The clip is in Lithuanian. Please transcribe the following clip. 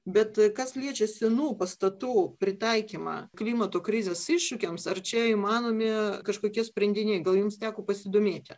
bet tai kas liečia senų pastatų pritaikymą klimato krizės iššūkiams ar čia įmanomi kažkokie sprendiniai gal jums teko pasidomėti